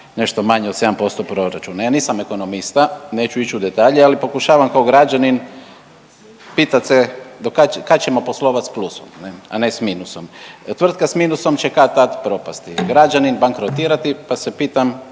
nešto manje od 7% proračuna. Ja nisam ekonomista, neću ić u detalje, ali pokušavam ko građanin pitat se do kad, kad ćemo poslovat s plusom ne, a ne s minusom, tvrtka s minusom će kad-tad propasti, građanin bankrotirati, pa se pitam